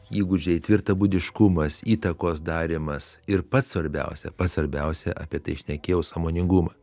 įgūdžiai tvirtabūdiškumas įtakos darymas ir pats svarbiausia pats svarbiausia apie tai šnekėjau sąmoningumą